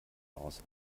aus